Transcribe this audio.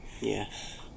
Yes